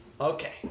Okay